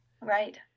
Right